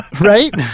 Right